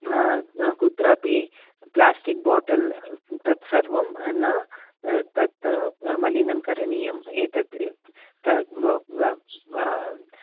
कुत्रापि plastic bottle तत् सर्वं न तत् मलीनं करणीयम् एतत् तद्